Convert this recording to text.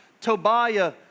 Tobiah